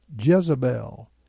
Jezebel